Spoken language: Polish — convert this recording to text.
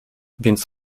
więc